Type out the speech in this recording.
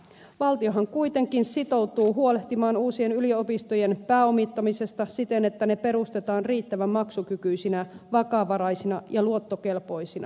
valtiohan kuitenkin sitoutuu huolehtimaan uusien yliopistojen pääomittamisesta siten että ne perustetaan riittävän maksukykyisinä vakavaraisina ja luottokelpoisina